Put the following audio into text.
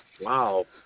wow